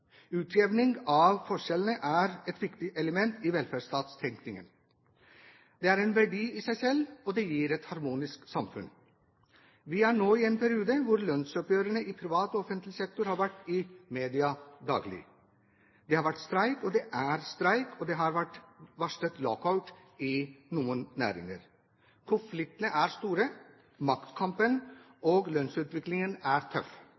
Utjevning av forskjellene er et viktig element i velferdsstatstenkningen. Det er en verdi i seg selv, og det gir et harmonisk samfunn. Vi er nå i en periode hvor lønnsoppgjørene i privat og offentlig sektor har vært i media daglig. Det har vært streik, det er streik, og det har vært varslet lockout i noen næringer. Konfliktene er store, maktkampen og lønnsutviklingen er tøff.